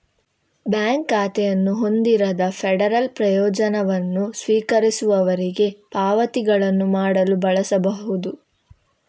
bank ಖಾತೆಯನ್ನು ಹೊಂದಿರದ federal ಪ್ರಯೋಜನವನ್ನು ಸ್ವೀಕರಿಸುವವರಿಗೆ ಪಾವತಿಗಳನ್ನು ಮಾಡಲು ಬಳಸಬಹುದು